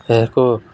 ଏହାକୁ